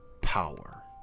power